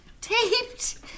Taped